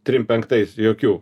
trim penktais jokių